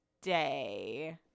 day